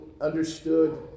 understood